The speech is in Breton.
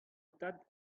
tad